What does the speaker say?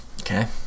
Okay